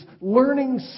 learning